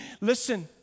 Listen